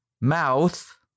Mouth